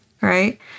Right